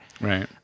Right